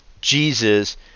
Jesus